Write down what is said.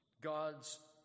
God's